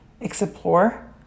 explore